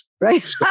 Right